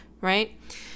right